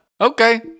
okay